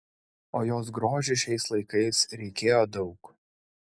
o jos grožiui šiais laikais reikėjo daug